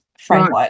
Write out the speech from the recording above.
framework